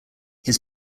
his